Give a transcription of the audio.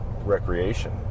recreation